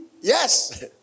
Yes